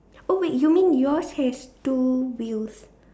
oh wait you mean yours has two wheels